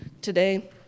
Today